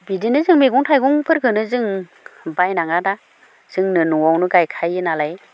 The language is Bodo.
बिदिनो जों मैगं थाइगंफोरखोनो जों बायनाङा दा जोंनो न'आवनो गायखायोनालाय